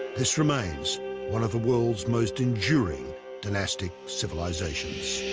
this remains one of the world's most enduring dynastic civilizations